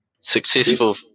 Successful